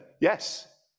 yes